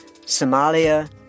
Somalia